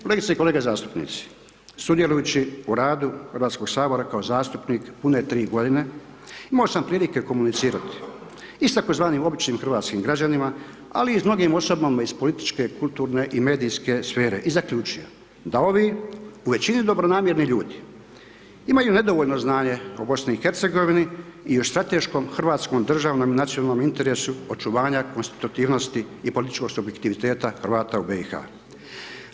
Kolegice i kolege zastupnici, sudjelujući u radu Hrvatskog sabora kao zastupnik pune tri godine imao sam prilike komunicirati i sa tzv. običnim hrvatskim građanima ali i s mnogim osobama iz političke, kulturne i medijske sfere i zaključio da ovi u većini dobronamjerni ljudi imaju nedovoljno znanje o BiH-a i o strateškom hrvatskom državnom i nacionalnom interesu očuvanja konstitutivnosti i političkog subjektiviteta Hrvata u BiH-a.